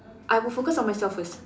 I would focus on myself first